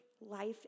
life